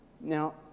Now